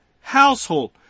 household